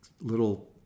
little